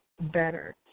better